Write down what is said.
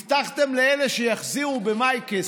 הבטחתם כסף לאלה שיחזירו במאי.